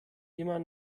immer